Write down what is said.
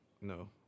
No